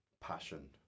passion